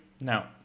Now